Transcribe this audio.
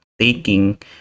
taking